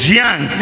young